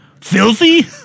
Filthy